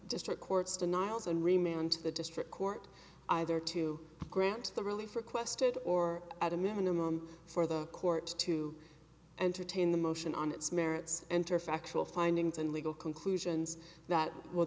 district court's denials and remain on to the district court either to grant the relief requested or at a minimum for the court to entertain the motion on its merits enter factual findings and legal conclusions that w